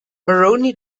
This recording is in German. maroni